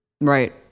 right